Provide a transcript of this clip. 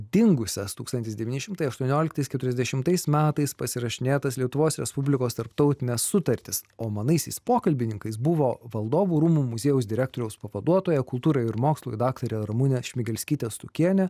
dingusias tūkstantis devyni šimtai aštuonioliktais keturiasdešimtais metais pasirašinėtas lietuvos respublikos tarptautines sutartis o manaisiais pokalbininkais buvo valdovų rūmų muziejaus direktoriaus pavaduotoja kultūrai ir mokslui daktarė ramunė šmigelskytė stukienė